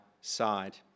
side